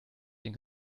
den